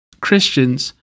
Christians